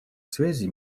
связей